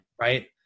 right